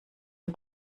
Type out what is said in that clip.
der